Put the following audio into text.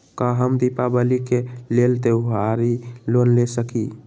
का हम दीपावली के लेल त्योहारी लोन ले सकई?